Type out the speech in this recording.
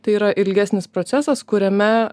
tai yra ilgesnis procesas kuriame